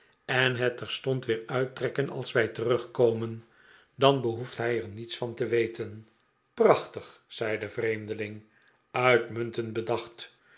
en het terstond weer uittrekken als wij terugkomen dan behoeft hij er niets van te weten prachtig zei de vreem deling uitmuntend bedacht